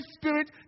spirit